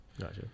Gotcha